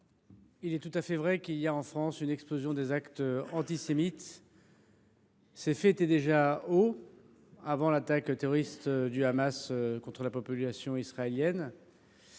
il est tout à fait vrai qu’il y a en France une explosion du nombre des actes antisémites. Ces faits étaient déjà nombreux avant l’attaque terroriste du Hamas contre la population israélienne.